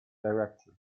directly